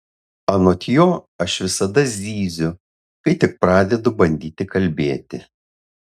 anot jo aš visada zyziu kai tik pradedu bandyti kalbėti